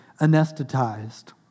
anesthetized